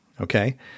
okay